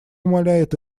умаляет